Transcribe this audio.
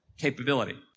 capability